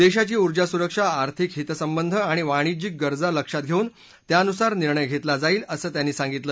देशाची उर्जा सुरक्षा आर्थिक हितसंबंध आणि वाणिज्यिक गरजा लक्षात घेऊन त्यानुसार निर्णय घेतला जाईल असं त्यांनी सांगितलं